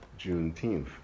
Juneteenth